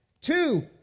Two